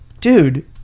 dude